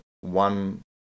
one